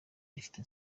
rifite